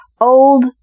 Old